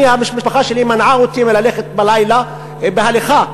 המשפחה שלי מנעה ממני לצאת בלילה להליכה,